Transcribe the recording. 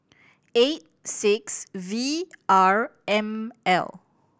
eight six V R M L